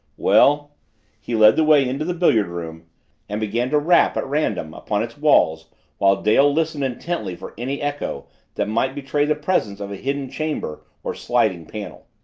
well he led the way into the billiard room and began to rap at random upon its walls while dale listened intently for any echo that might betray the presence of a hidden chamber or sliding panel.